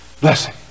blessing